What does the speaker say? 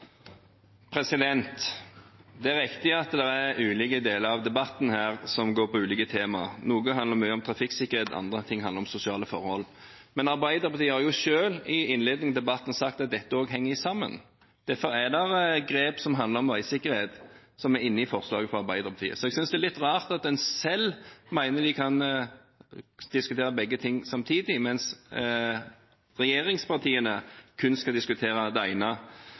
Det er riktig at det er ulike deler av debatten som går på ulike tema. Noen tema handler mye om trafikksikkerhet, andre om sosiale forhold. Men Arbeiderpartiet har jo selv i innledningen av debatten sagt at dette henger sammen, derfor er grep som handler om veisikkerhet, inne i forslaget fra Arbeiderpartiet. Så jeg synes det er litt rart at de selv mener de kan diskutere begge ting samtidig, mens regjeringspartiene kun skal diskutere det ene,